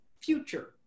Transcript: future